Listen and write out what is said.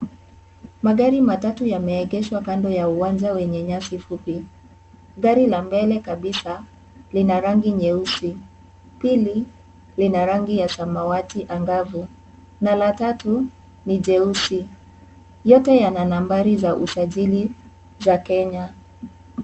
Magari matatu yameegeshwa kando ya uwanja wenye nyasi fupi. Gari la mbele kabisa, lina rangi nyeusi. Pili, lina rangi ya samawati angavu na la tatu ni jeusi. Yote yana nambari za usajili za Kenya.